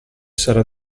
sarà